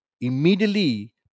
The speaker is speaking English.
immediately